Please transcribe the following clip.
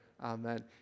Amen